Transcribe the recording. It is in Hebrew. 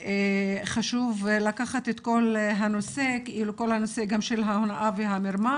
וחשוב לקחת את כל הנושא גם של ההונאה והמרמה